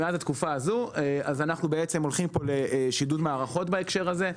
אז אנחנו הולכים לשידוד מערכות בהקשר הזה.